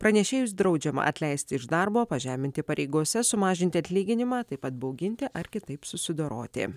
pranešėjus draudžiama atleisti iš darbo pažeminti pareigose sumažinti atlyginimą taip pat bauginti ar kitaip susidoroti